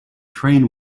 train